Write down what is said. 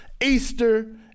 Easter